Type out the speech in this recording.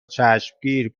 چشمگیر